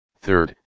Third